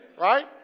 Right